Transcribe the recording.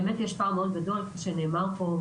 כפי שנאמר פה,